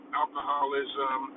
alcoholism